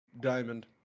Diamond